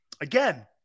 Again